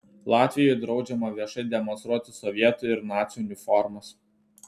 latvijoje draudžiama viešai demonstruoti sovietų ir nacių uniformas